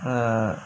err